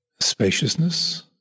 Spaciousness